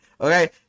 Okay